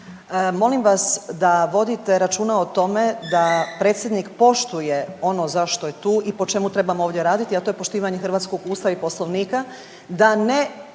molim vas da vodite računa o tome da predsjednik poštuje ono za što je tu i po čemu trebamo ovdje raditi, a to je poštivanje hrvatskog Ustava i Poslovnika da ne